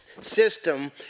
system